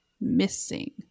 missing